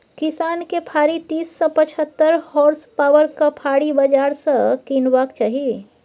किसान केँ फारी तीस सँ पचहत्तर होर्सपाबरक फाड़ी बजार सँ कीनबाक चाही